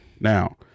now